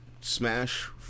Smash